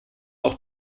auch